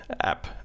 app